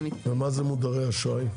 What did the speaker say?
מה זה מודרי אשראי?